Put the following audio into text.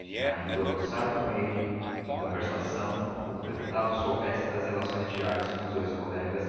tinha ido almoçar com ele e em conversação como o deputado soubesse das relações de aires com os dous colegas